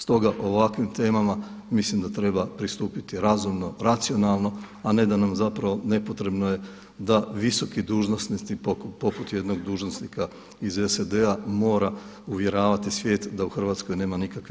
Stoga ovakvim temama mislim da treba pristupiti razumno, racionalno a ne da nam zapravo nepotrebno je da visoki dužnosnici poput jednog dužnosnika iz SAD-a mora uvjeravati svijet da u Hrvatskoj nema nikakve